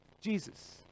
Jesus